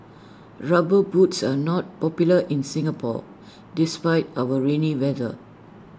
rubber boots are not popular in Singapore despite our rainy weather